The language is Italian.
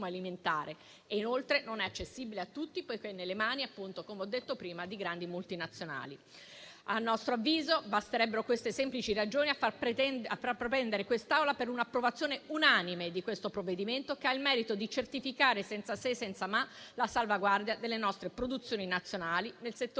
alimentare; inoltre, non è accessibile a tutti, poiché, come ho detto prima, è nelle mani di grandi multinazionali. A nostro avviso, basterebbero queste semplici ragioni a far propendere quest'Assemblea per un'approvazione unanime di questo provvedimento, che ha il merito di certificare, senza se e senza ma, la salvaguardia delle nostre produzioni nazionali nel settore